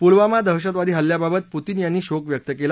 पुलवामा दहशतवादी हल्ल्याबाबत पुतीन यांनी शोक व्यक्त केला